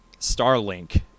Starlink